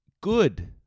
good